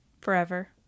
forever